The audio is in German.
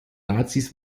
nazis